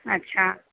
अच्छा